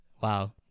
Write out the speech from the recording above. wow